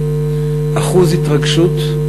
אחוז התרגשות,